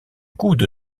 coude